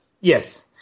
Yes